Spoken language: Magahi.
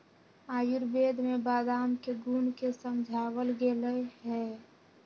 आयुर्वेद में बादाम के गुण के समझावल गैले है